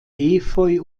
efeu